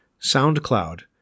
SoundCloud